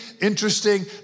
interesting